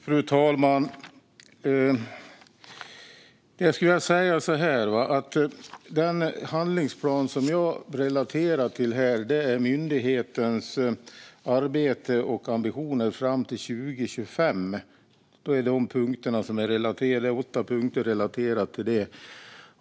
Fru talman! Den handlingsplan jag refererar till gäller myndighetens arbete och ambitioner fram till 2025, och där är det åtta punkter relaterat till detta.